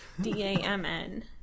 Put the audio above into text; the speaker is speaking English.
D-A-M-N